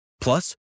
Plus